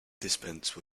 dispense